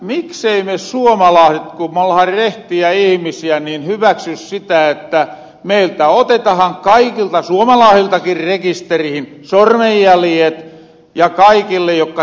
miksei me suomalaaset ku me ollahan rehtiä ihimisiä hyväksy sitä että meiltä otetahan kaikilta suomalaasiltaki rekisterihin sormenjäljet ja kaikilta jotka tänne tuloo